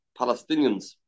Palestinians